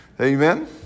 Amen